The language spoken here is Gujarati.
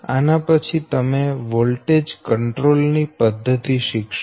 આના પછી તમે વોલ્ટેજ કંટ્રોલ ની પદ્ધતિ શીખશો